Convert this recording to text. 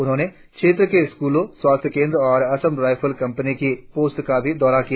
उन्होंने क्षेत्र के स्कूलों स्वास्थ्य केंद्र और असम राईफल कंपनी की पोस्ट का भी दौरा किया